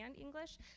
English